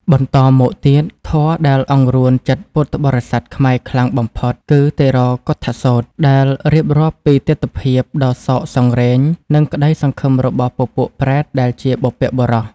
បន្តមកទៀត ធម៌ដែលអង្រួនចិត្តពុទ្ធបរិស័ទខ្មែរខ្លាំងបំផុតគឺ តិរោកុឌ្ឍសូត្រ ដែលរៀបរាប់ពីទិដ្ឋភាពដ៏សោកសង្រេង និងក្ដីសង្ឃឹមរបស់ពពួកប្រេតដែលជាបុព្វបុរស។